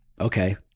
okay